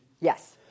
Yes